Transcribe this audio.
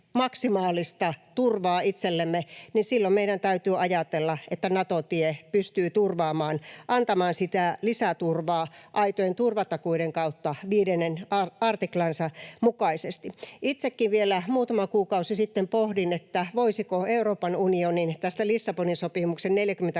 maksimaalista turvaa itsellemme, niin silloin meidän täytyy ajatella, että Nato-tie pystyy turvaamaan, antamaan sitä lisäturvaa aitojen turvatakuiden kautta 5 artik-lansa mukaisesti. Itsekin vielä muutama kuukausi sitten pohdin, voisiko tästä Euroopan unionin Lissabonin sopimuksen 42.7